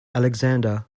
alexander